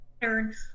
pattern